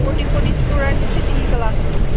forty forty students چھِ ٹھیٖک classes منٛز